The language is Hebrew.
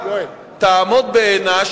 תעמוד בעינה,